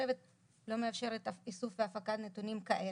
הממוחשבת לא מאפשרת איסוף והפקת נתונים כאלה.